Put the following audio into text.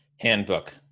Handbook